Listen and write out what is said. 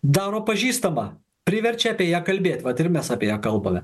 daro pažįstamą priverčia apie ją kalbėt vat ir mes apie ją kalbame